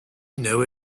know